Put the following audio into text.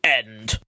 end